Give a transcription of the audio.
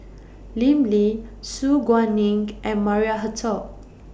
Lim Lee Su Guaning and Maria Hertogh